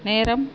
நேரம்